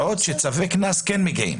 בעוד שצווי קנס כן מגיעים.